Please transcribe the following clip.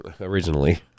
originally